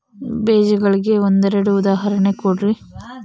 ಬೇಜಗಳಿಗೆ ಒಂದೆರಡು ಉದಾಹರಣೆ ಕೊಡ್ರಿ?